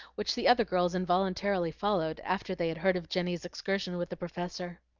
which the other girls involuntarily followed, after they had heard of jenny's excursion with the professor.